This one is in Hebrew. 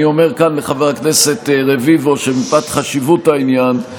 אני אומר כאן לחבר הכנסת רביבו שמפאת חשיבות העניין,